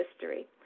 history